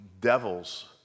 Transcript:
devils